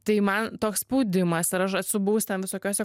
tai man toks spaudimas ir aš esu buvus ten visokiose